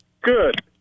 Good